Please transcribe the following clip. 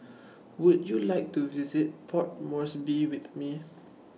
Would YOU like to visit Port Moresby with Me